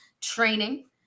training